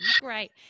Great